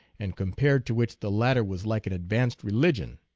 and compared to which the latter was like an advanced religion,